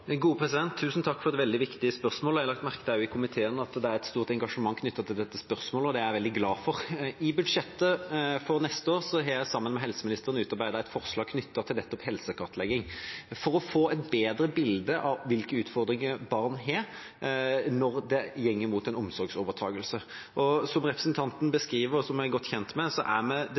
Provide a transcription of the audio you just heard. Tusen takk for et veldig viktig spørsmål. Jeg har lagt merke til at det også i komiteen er et stort engasjement knyttet til dette spørsmålet, og det er jeg veldig glad for. I budsjettet for neste år har jeg sammen med helseministeren utarbeidet et forslag knyttet til nettopp helsekartlegging for å få et bedre bilde av hvilke utfordringer barn har når det går mot en omsorgsovertakelse. Som representanten beskriver, og som jeg er godt kjent med, er vi